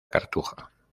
cartuja